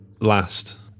last